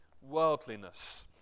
Worldliness